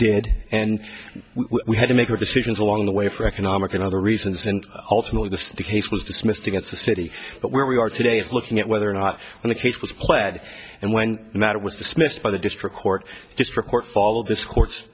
did and we had to make good decisions along the way for economic and other reasons and ultimately the case was dismissed against the city but where we are today is looking at whether or not when the case was clad and when the matter was dismissed by the district court just report follow this cour